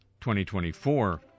2024